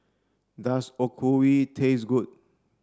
does Okayu taste good